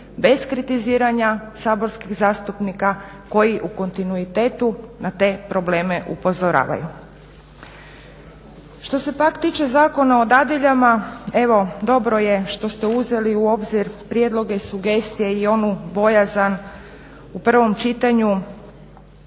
bez kritiziranja saborskih zastupnika koji u kontinuitetu na te probleme upozoravaju. Što se pak tiče Zakona o dadilja, evo dobro je što ste uzeli u obzir prijedloge, sugestije i onu bojazan u prvom čitanju